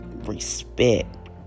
respect